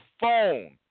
phone